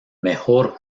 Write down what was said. mejor